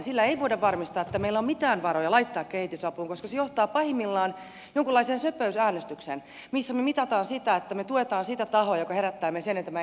sillä ei voida varmistaa että meillä on mitään varoja laittaa kehitysapuun koska se johtaa pahimmillaan jonkunlaiseen söpöysäänestykseen missä me mittamme sitä että me tuemme sitä tahoa joka herättää meissä eniten empatiaa